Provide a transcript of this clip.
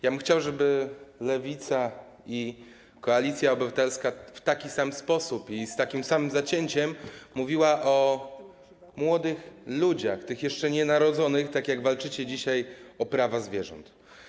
Ja bym chciał, żeby Lewica i Koalicja Obywatelska w taki sam sposób i z takim samym zacięciem mówiły o młodych ludziach, tych jeszcze nienarodzonych, tak jak walczycie dzisiaj o prawa zwierząt.